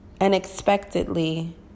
unexpectedly